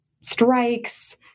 strikes